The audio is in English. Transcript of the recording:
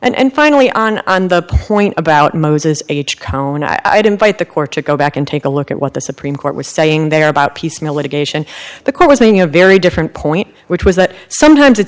and finally on on the point about moses h cone i'd invite the court to go back and take a look at what the supreme court was saying there about piecemeal litigation the court was making a very different point which was that sometimes it's